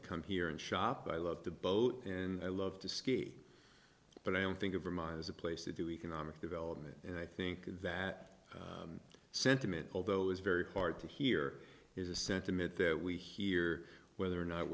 to come here and shop i love the boat and i love to ski but i don't think of vermeil as a place to do economic development and i think that sentiment although it's very hard to hear is a sentiment that we hear whether or not